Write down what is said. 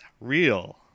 real